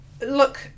look